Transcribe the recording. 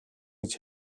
гэж